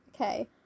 okay